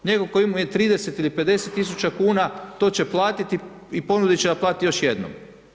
Neko tko ima 30 ili 50 tisuća kuna, to će platiti i ponudit će da plati još jednom.